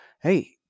Hey